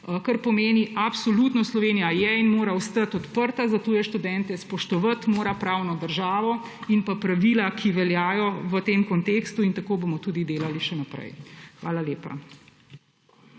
Kar pomeni, da absolutno Slovenija je in mora ostati odprta za tuje študente, spoštovati mora pravno državo in pravila, ki veljajo v tem kontekstu. In tako bomo tudi delali še naprej. Hvala lepa.